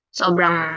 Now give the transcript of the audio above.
sobrang